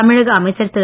தமிழக அமைச்சர் திரு